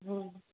हूँ